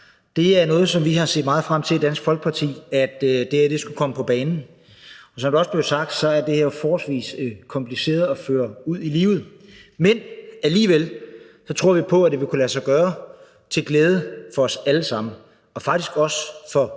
Det er noget, som vi har set meget frem til i Dansk Folkeparti, altså at det her skulle komme på banen. Og som det også er blevet sagt, er det her forholdsvis kompliceret at føre ud i livet. Men alligevel tror vi på, at det vil kunne lade sig gøre til glæde for os alle sammen og faktisk også for